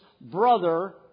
brother